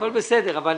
הכול בסדר, אבל